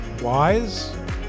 Wise